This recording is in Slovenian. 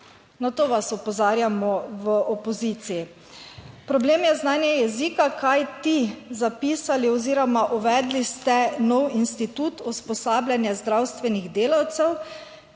Na to vas opozarjamo v opoziciji. Problem je znanje jezika, kajti zapisali oziroma uvedli ste nov institut usposabljanja zdravstvenih delavcev.